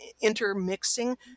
intermixing